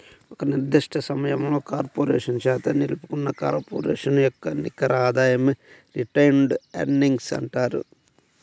ఒక నిర్దిష్ట సమయంలో కార్పొరేషన్ చేత నిలుపుకున్న కార్పొరేషన్ యొక్క నికర ఆదాయమే రిటైన్డ్ ఎర్నింగ్స్ అంటారు